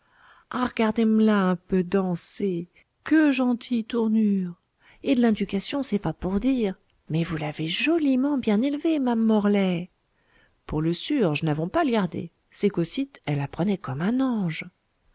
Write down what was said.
moyen arrgardez mlà un peu danser queue gentille tournure et d'l'inducation c'est pas pour dire mais vous l'avez joliment bien élevée ma'ame morlaix pour le sûr j'n'avons pas liardé c'est qu'aussite elle apprenait comme un ange